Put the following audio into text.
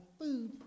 food